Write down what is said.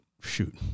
shoot